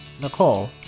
Nicole